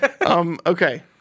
Okay